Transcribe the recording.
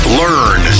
learn